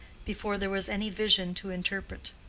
before there was any vision to interpret.